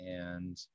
and-